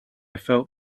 felt